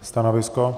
Stanovisko?